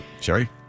Sherry